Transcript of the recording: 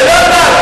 זה לא דת,